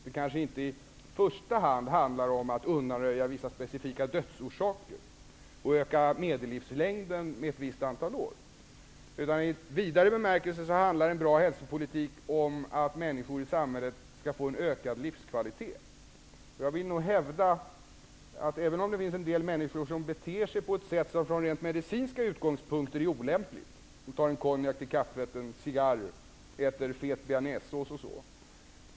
Det kanske inte i första hand handlar om att undanröja vissa specifika dödsorsaker och att öka medellivslängden med ett visst antal år. I vidare bemärkelse handlar en bra hälsopolitik om att människor i samhället skall få en ökad livskvalitet. Det finns en del människor som beter sig på ett olämpligt sätt, från rent medicinska utgångspunkter. De tar en konjak till kaffet, röker en cigarr, äter fet bearnaisesås m.m.